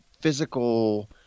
physical